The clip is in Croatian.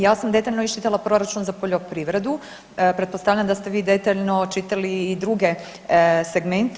Ja sam detaljno isčitala proračun za poljoprivredu, pretpostavljam da ste vi detaljno čitali i druge segmente.